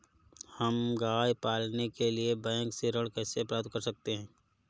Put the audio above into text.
हम गाय पालने के लिए बैंक से ऋण कैसे प्राप्त कर सकते हैं?